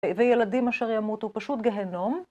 וילדים אשר ימותו פשוט גהנום.